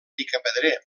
picapedrer